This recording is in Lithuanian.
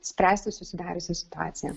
spręsti susidariusią situaciją